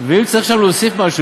ואם צריך להוסיף שם משהו,